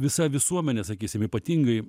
visa visuomenė sakysim ypatingai